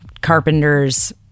carpenters